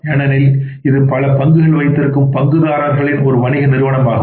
ஏனெனில் இதுபல பங்குகள் வைத்திருக்கும் பங்குதாரர்களின் ஒரு வணிக நிறுவனம் ஆகும்